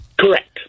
Correct